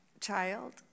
child